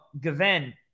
Gavin